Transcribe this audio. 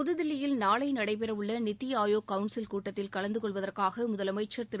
புதுதில்லியில் நாளை நடைபெறவுள்ள நித்தி ஆயோக் கவுள்சில் கூட்டத்தில் கலந்து கொள்வதற்காக தமிழக முதலமைச்சர் திரு